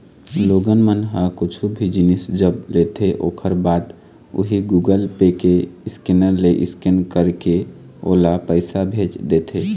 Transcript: लोगन मन ह कुछु भी जिनिस जब लेथे ओखर बाद उही गुगल पे के स्केनर ले स्केन करके ओला पइसा भेज देथे